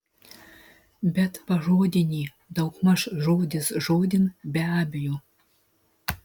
bet pažodinį daugmaž žodis žodin be abejo